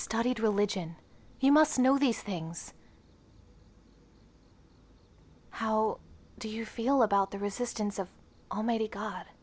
studied religion you must know these things how do you feel about the resistance of almighty god